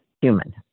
human